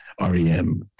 REM